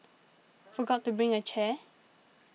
forgot to bring a chair